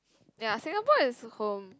ya Singapore is home